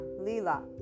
Lila